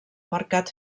mercat